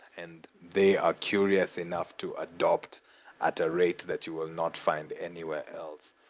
and they are curious enough to adopt at a rate that you will not find anywhere else.